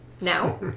now